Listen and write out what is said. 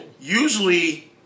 Usually